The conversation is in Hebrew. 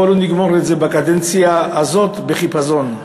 בוא לא נגמור את זה בקדנציה הזאת בחיפזון.